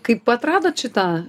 kaip atradot šitą